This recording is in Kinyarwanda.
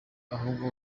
ahubwo